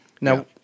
Now